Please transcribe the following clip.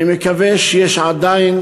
אני מקווה שיש עדיין